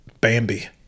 Bambi